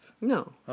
No